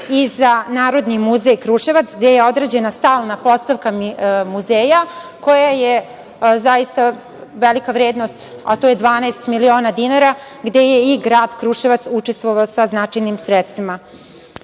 i za Narodni muzej Kruševac gde je određena stalna postavka muzeja koja je zaista velika vrednost, a to je 12 miliona dinara gde je i grad Kruševac učestvovao sa značajnim sredstvima. Kao